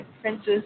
princes